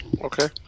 okay